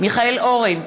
מיכאל אורן,